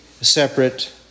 separate